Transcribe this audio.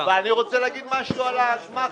אבל אני רוצה להגיד משהו על הגמ"חים.